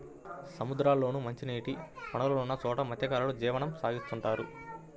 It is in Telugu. సముద్రాల్లోనూ, మంచినీటి వనరులున్న చోట మత్స్యకారులు జీవనం సాగిత్తుంటారు